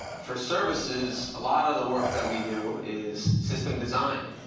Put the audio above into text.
for services, a lot of the work that we do is system design.